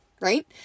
right